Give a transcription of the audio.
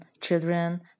children